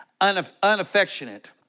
unaffectionate